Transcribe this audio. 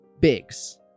bigs